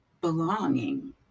belonging